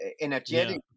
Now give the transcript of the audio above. energetic